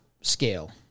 scale